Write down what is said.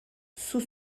sous